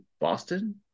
Boston